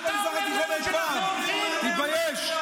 תתבייש.